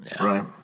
right